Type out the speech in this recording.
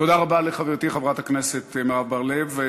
תודה רבה לחברתי חברת הכנסת מרב בר-לב.